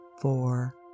four